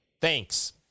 Thanks